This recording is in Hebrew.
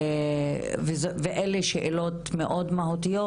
ואלה שאלות מאוד מהותיות,